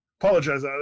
apologize